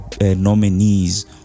nominees